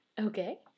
Okay